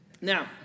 Now